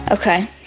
Okay